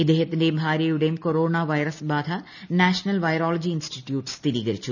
ഇദ്ദേഹത്തിന്റെയും ഭാര്യയുടെയും corona virus ബാധ national virology institute സ്ഥിരീകരിച്ചു